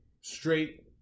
Straight